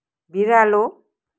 बिरालो